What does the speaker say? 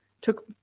took